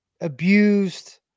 abused